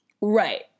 Right